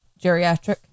geriatric